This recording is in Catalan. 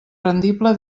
rendible